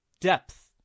Depth